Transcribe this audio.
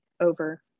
Over